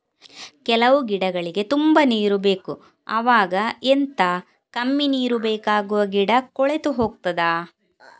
ಕೆಲವು ಗಿಡಗಳಿಗೆ ತುಂಬಾ ನೀರು ಬೇಕು ಅವಾಗ ಎಂತ, ಕಮ್ಮಿ ನೀರು ಬೇಕಾಗುವ ಗಿಡ ಕೊಳೆತು ಹೋಗುತ್ತದಾ?